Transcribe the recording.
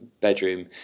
bedroom